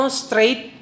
straight